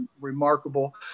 remarkable